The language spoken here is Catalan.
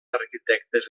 arquitectes